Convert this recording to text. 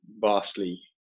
vastly